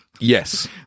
Yes